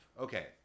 okay